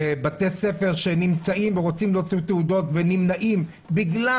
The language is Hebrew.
בתי הספר שרוצים להוציא תעודות ונמנעים בגלל